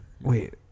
wait